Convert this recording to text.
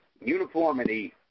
uniformity